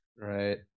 Right